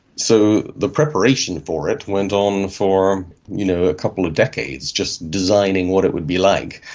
so the preparation for it went on for you know a couple of decades, just designing what it would be like.